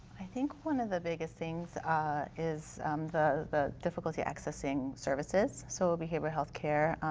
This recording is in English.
i think one of the biggest things is the difficulty accessing services. so behavioral health care,